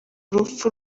rupfu